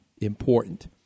important